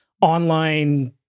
online